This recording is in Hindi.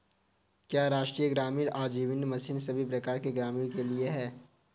क्या राष्ट्रीय ग्रामीण आजीविका मिशन सभी प्रकार के ग्रामीणों के लिए है?